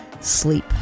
sleep